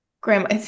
Grandma